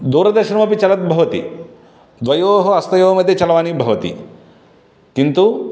दूरदर्शनमपि चलद्भवति द्वयोः हस्तयोः मध्ये चलवाणी भवति किन्तु